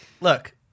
look